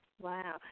Wow